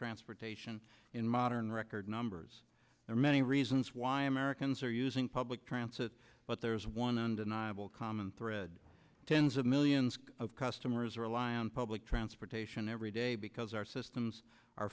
transportation in modern record numbers there are many reasons why americans are using public transit but there is one undeniable common thread tens of millions of customers rely on public transportation every day because our systems are